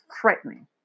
threatening